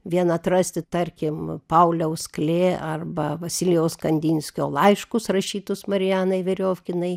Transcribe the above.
vien atrasti tarkim pauliaus klė arba vasilijaus kandinskio laiškus rašytus marianai veriofkinai